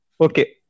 Okay